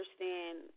understand